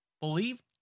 believe